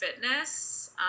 fitness